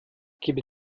gebe